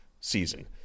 season